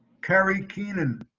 kerry keenan